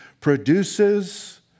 produces